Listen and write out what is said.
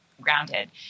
grounded